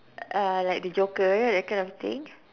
uh like the joker that kind of thing